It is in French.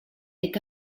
est